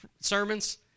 sermons